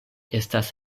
estas